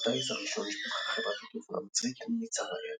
לקורס הטיס הראשון שפתחה חברת התעופה המצרית מצר אייר.